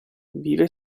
vive